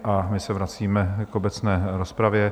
A my se vracíme k obecné rozpravě.